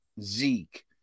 Zeke